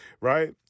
right